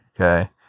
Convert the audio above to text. Okay